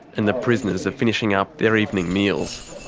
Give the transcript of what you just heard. and the prisoners are finishing up their evening meals.